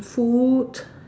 mm food